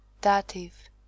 Dative